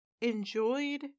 enjoyed